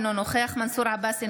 אינו נוכח מנסור עבאס,